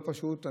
לא פשוט.